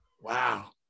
wow